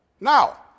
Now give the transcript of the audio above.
Now